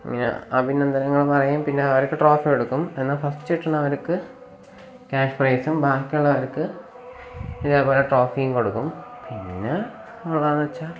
ഇങ്ങനെ അഭിനന്ദനങ്ങൾ പറയും പിന്നെ അവർക്ക് ട്രോഫി കൊടുക്കും പിന്നെ ഫസ്റ്റ് കിട്ടുന്നവർക്ക് ക്യാഷ് പ്രൈസും ബാക്കിയുള്ളവർക്ക് ഇതേപോലെ ട്രോഫിയും കൊടുക്കും പിന്നെ എന്താണെന്ന് വെച്ചാൽ